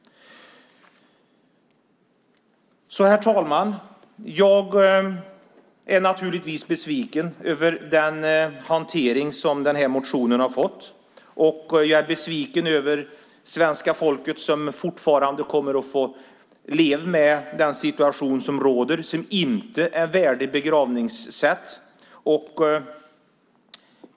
Herr talman! Jag är naturligtvis besviken över den hantering som den här motionen har fått. Jag är besviken över att svenska folket fortfarande kommer att få leva med den situation som råder, med ett begravningssätt som inte är värdigt.